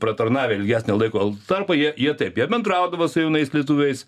pratarnavę ilgesnį laiko tarpą jie jie taip jie bendraudavo su jaunais lietuviais